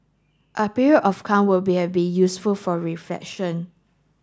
a period of calm would be useful for reflection